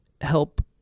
help